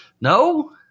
No